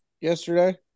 yesterday